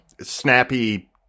snappy